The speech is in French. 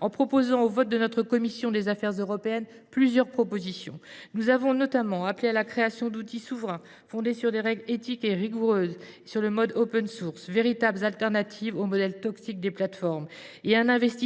en proposant au vote de la commission des affaires européennes plusieurs propositions. Nous avons notamment appelé à la création d’outils souverains fondés sur des règles éthiques rigoureuses et sur le mode qui soient de véritables substituts aux modèles toxiques des plateformes, ainsi qu’à un investissement